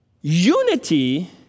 Unity